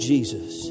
Jesus